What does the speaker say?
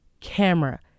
Camera